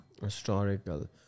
historical